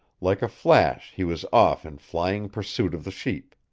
like a flash he was off in flying pursuit of the sheep.